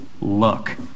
look